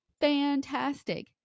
fantastic